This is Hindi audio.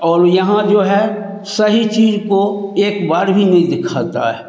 और यहाँ जो है सही चीज़ को एक बार भी नहीं दिखाते हैं